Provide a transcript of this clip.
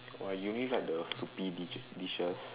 !wah! you only like the soupy dishes